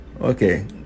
Okay